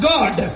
God